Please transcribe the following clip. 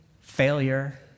failure